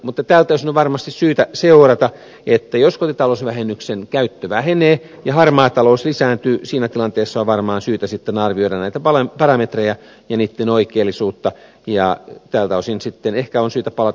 mutta tältä osin on varmasti syytä seurata että jos kotitalousvähennyksen käyttö vähenee ja harmaa talous lisääntyy siinä tilanteessa on varmaan syytä sitten arvioida näitä parametrejä ja niitten oikeellisuutta ja tältä osin sitten ehkä on syytä palata